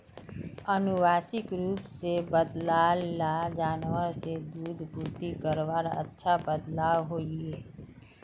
आनुवांशिक रूप से बद्लाल ला जानवर से दूध पूर्ति करवात अच्छा बदलाव होइए